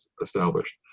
established